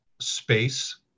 Space